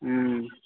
हुँ